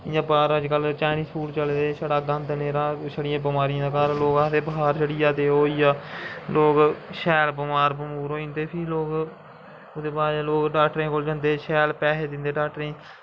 इ'यां बाह्र अजकल्ल चाईनिस फूड़ चले दी गंदा छड़ा बमारियें दा घर लोग आखदे बखार चढ़िया एह् होइया लोग शैल बमार बमूर होई जंदे फ्ही लोग ओह्दे बाद लोग डाक्टरें कोल जंदे शैल पैहे दिंदे डाक्टरें गी